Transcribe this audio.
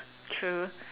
true